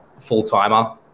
full-timer